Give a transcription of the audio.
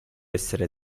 essere